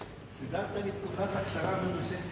בדבר תיקון טעות בחוק העונשין